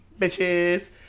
Bitches